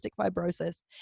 fibrosis